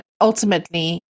ultimately